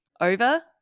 Over